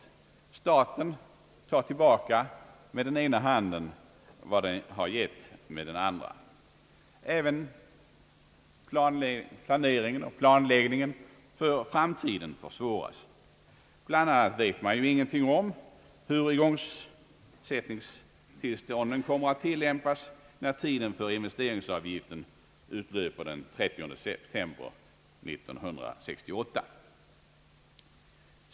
Staten tar tillbaka med den ena handen vad den har givit med den andra. Även planering och planläggning för framtiden försvåras. Bland annat vet man ju ingenting om hur igångsättningstillstånden kommer att ges när tiden för investeringsavgiften utlöper den 30 september 1968.